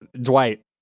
Dwight